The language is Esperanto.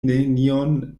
nenion